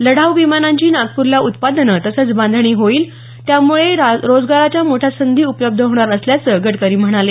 लढाऊ विमानांची नागपूरला उत्पादन तसंच बांधणी होईल त्यामुळे रोजगाराच्या मोठ्या संधी उपलब्ध होणार असल्याचं गडकरी म्हणाले